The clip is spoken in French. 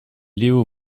leo